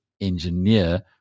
engineer